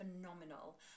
phenomenal